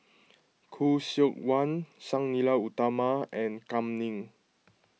Khoo Seok Wan Sang Nila Utama and Kam Ning